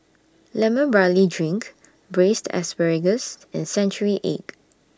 Lemon Barley Drink Braised Asparagus and Century Egg